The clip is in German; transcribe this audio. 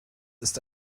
ist